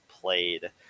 played